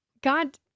God